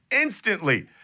instantly